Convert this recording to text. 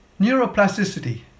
neuroplasticity